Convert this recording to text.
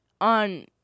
on